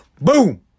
boom